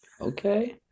Okay